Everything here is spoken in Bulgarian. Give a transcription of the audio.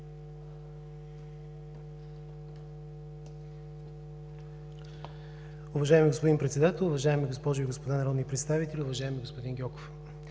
Уважаеми господин Председател, уважаеми госпожи и господа народни представители! Уважаеми господин Гьоков,